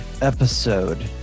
episode